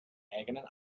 eigenen